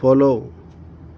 follow